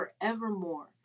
forevermore